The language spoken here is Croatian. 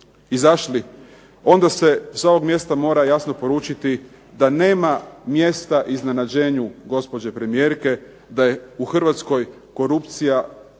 izašli, onda se s ovog mjesta mora jasno poručiti da nema mjesta iznenađenju gospođe premijerke, da je u Hrvatskoj korupcija